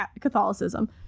Catholicism